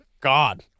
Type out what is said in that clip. god